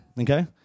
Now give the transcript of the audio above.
okay